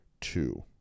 two